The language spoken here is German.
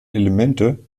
elemente